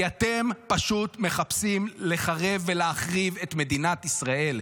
כי אתם פשוט מחפשים לחרב ולהחריב את מדינת ישראל,